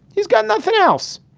he's got nothing else.